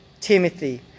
Timothy